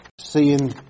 seeing